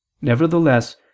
Nevertheless